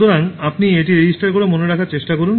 সুতরাং আপনি এটি রেজিস্টার করে মনে রাখার চেষ্টা করুন